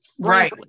Right